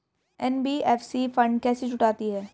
NBFC fund कैसे जुटाती है?